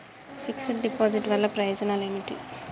Fix డ్ deposit వల్ల ప్రయోజనాలు ఏమిటి?